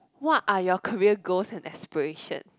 what are your career goals and aspiration